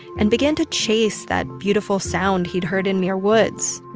and began to chase that beautiful sound he'd heard in muir woods.